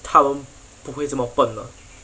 他们不会这么笨的